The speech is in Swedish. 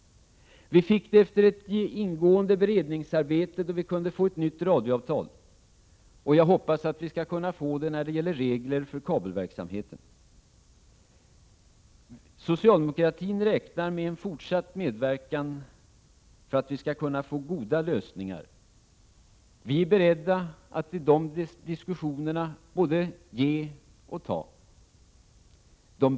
Det fick vi också efter ett ingående beredningsarbete då vi fick ett nytt radioavtal. Och jag hoppas att vi skall kunna få en bred överenskommelse när det gäller regler för kabelverksamheten. Socialdemokratin räknar med en fortsatt medverkan för att vi skall kunna få goda lösningar. Vi är beredda att i de diskussionerna både ge och ta.